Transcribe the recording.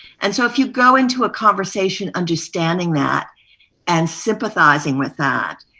and so if you go into a conversation understanding that and sympathizing with that,